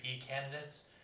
candidates